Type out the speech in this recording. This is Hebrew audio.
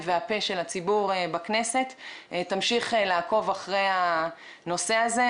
והפה של הציבור בכנסת תמשיך לעקוב אחר הנושא הזה.